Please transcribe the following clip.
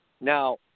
Now